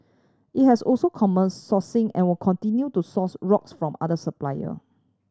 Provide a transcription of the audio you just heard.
it has also commenced sourcing and will continue to source rocks from other supplier